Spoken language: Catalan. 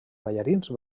ballarins